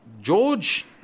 George